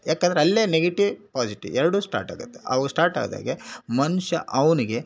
ಏಕೆಂದ್ರೆ ಅಲ್ಲೇ negative positive ಎರಡೂ ಸ್ಟಾರ್ಟಾಗುತ್ತೆ ಅವು ಸ್ಟಾರ್ಟಾದಾಗೆ ಮನುಷ್ಯ ಅವನಿಗೆ